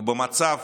ובמצב